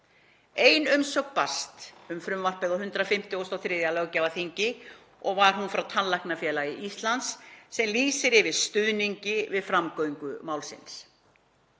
Ein umsögn barst um frumvarpið á 153. löggjafarþingi og var hún frá Tannlæknafélagi Íslands, sem lýsti yfir stuðningi við framgöngu málsins.